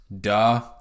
Duh